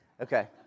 okay